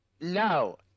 No